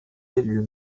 élu